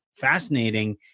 fascinating